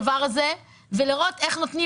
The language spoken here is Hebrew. אני רוצה לקבל את הדבר הזה ולראות איך נותנים